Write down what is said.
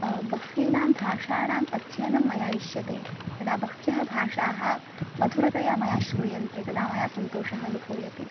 बह्वीनां भाषाणाम् अध्ययनं मया इष्यते यदा बह्व्यः भाषाः मधुरतया मया श्रूयन्ते तदा मया सन्तोषः अनुभूयते